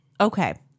Okay